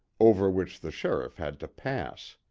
over which the sheriff had to pass.